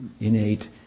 innate